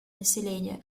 населения